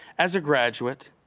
as a graduate,